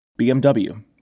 BMW